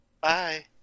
Bye